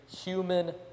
human